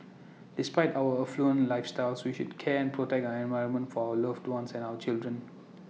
despite our affluent lifestyles we should care and protect our environment for our loved ones and our children